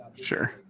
Sure